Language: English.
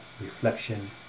reflection